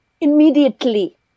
immediately